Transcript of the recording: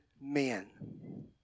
men